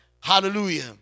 hallelujah